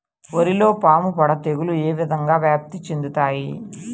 వరిలో పాముపొడ తెగులు ఏ విధంగా వ్యాప్తి చెందుతాయి?